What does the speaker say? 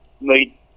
meet